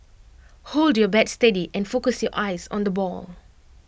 hold your bat steady and focus your eyes on the ball